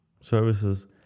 services